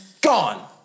gone